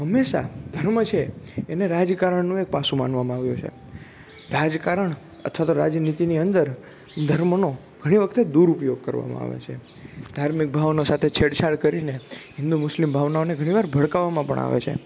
હંમેશા ધર્મ છે એને રાજકારણનું એક પાસું માનવામાં આવે છે રાજકારણ અથવા તો રાજનીતિની અંદર ધર્મનો ઘણી વખતે દૂરુપયોગ કરવામાં આવે છે ધાર્મિક ભાવનાઓ સાથે છેડછાડ કરીને હિન્દુ મુસ્લિમ ભાવનાઓને ઘણીવાર ભડકાવવામાં પણ આવે છે